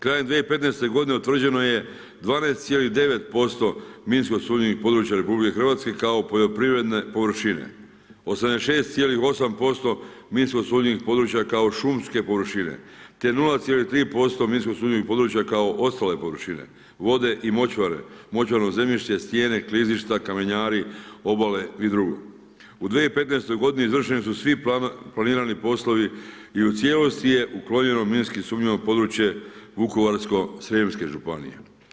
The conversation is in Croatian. Krajem 2015. utvrđeno je 12,9% minsko sumnjivih područja u RH kao poljoprivredne površine, 86,8% minsko sumnjivih područja kao šumske površine, te 0,3% minsko sumnjivih područja kao ostale površine, vode i močvare, močvarno zemljište, stijene, klizišta, kamenjari, obale i dr. U 2015. godini izvršeni su svi planirani poslovi i u cijelosti je uklonjeno minski sumnjivo područje Vukovarsko-srijemske županije.